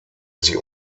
sie